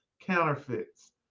counterfeits